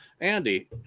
andy